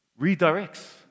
Redirects